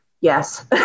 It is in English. Yes